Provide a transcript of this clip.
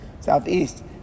Southeast